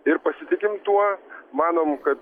ir pasitikim tuo manom kad